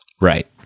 right